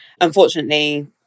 Unfortunately